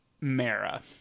Mara